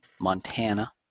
Montana